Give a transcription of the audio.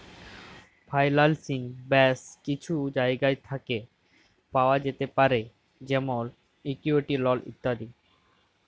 ফাইলালসিং ব্যাশ কিছু জায়গা থ্যাকে পাওয়া যাতে পারে যেমল ইকুইটি, লল ইত্যাদি